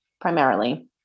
primarily